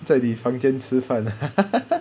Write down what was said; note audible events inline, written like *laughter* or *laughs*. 在你房间吃饭 *laughs*